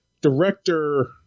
director